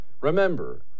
Remember